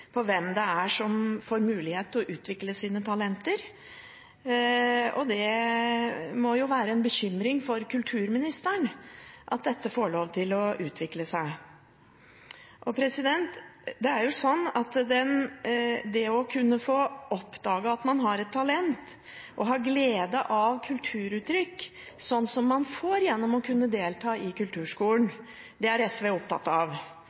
det gjelder hvem som får muligheten til å utvikle sine talenter. Det må jo være en bekymring for kulturministeren at dette får lov til å utvikle seg. Det å kunne få oppdage at man har et talent og ha glede av kulturuttrykk, som man får gjennom å delta på kulturskolene, er SV opptatt av.